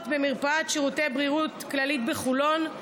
במרפאת שירותי בריאות כללית בחולון,